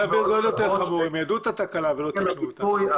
ותסלחו לי על הביטוי,